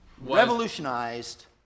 revolutionized